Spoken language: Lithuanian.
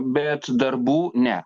bet darbų ne